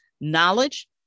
knowledge